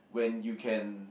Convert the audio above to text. when you can